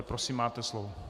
Prosím, máte slovo.